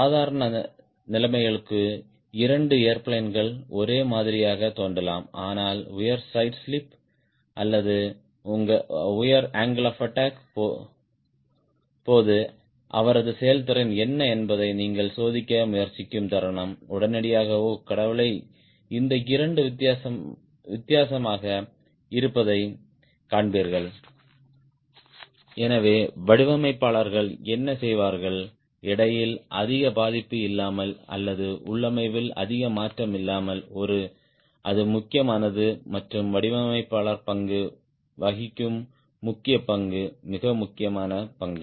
சாதாரண நிலைமைகளுக்கு இரண்டு ஏர்பிளேன் கள் ஒரே மாதிரியாகத் தோன்றலாம் ஆனால் உயர் சைடு ஸ்லிப் அல்லது உயர் அங்கிள் ஆப் அட்டாக் போது அவரது செயல்திறன் என்ன என்பதை நீங்கள் சோதிக்க முயற்சிக்கும் தருணம் உடனடியாக ஓ கடவுளே இந்த இரண்டு வித்தியாசமாக இருப்பதைக் காண்பீர்கள் எனவே வடிவமைப்பாளர்கள் என்ன செய்வார்கள் எடையில் அதிக பாதிப்பு இல்லாமல் அல்லது உள்ளமைவில் அதிக மாற்றம் இல்லாமல் அது முக்கியமானது மற்றும் வடிவமைப்பாளர் பங்கு வகிக்கும் முக்கிய பங்கு மிக முக்கியமான பங்கு